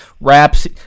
Raps